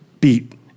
beat